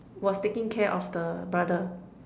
was taking care of the brother